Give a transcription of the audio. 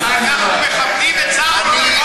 אנחנו מכבדים את שר הביטחון,